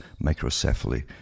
microcephaly